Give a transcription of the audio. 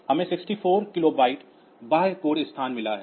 हमें 64 किलोबाइट बाह्य कोड स्थान मिला है